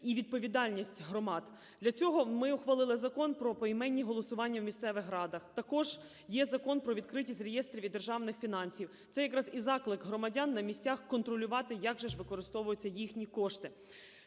і відповідальність громад. Для цього ми ухвалили Закон про поіменні голосування в місцевих радах. Також є Закон про відкритість реєстрів і державних фінансів. Це якраз і заклик громадян на місцях контролювати як же ж використовуються їхні кошти.